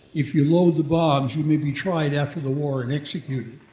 if you load the bombs you may be tried after the war and executed.